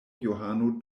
johano